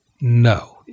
No